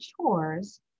chores